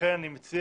לכן אני מציע